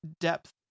depth